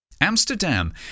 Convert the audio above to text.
Amsterdam